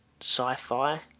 sci-fi